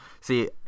See